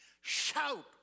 Shout